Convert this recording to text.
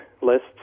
lists